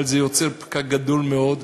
אבל זה יוצר פקק גדול מאוד.